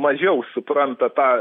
mažiau supranta tą